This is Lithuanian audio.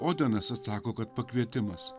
odenas atsako kad pakvietimas